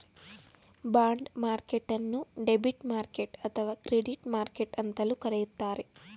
bond ಮಾರ್ಕೆಟ್ಟನ್ನು debit market ಅಥವಾ credit market ಅಂತಲೂ ಕರೆಯುತ್ತಾರೆ